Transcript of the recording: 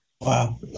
wow